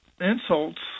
insults